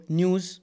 news